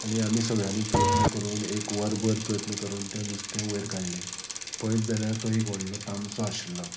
आनी आमी सगळ्यांनी प्रयत्न करून एक वरभर प्रयत्न करून तें नुस्तं वयर काडलें पळयत जाल्यार तो एक व्हडलो तामसो आशिल्लो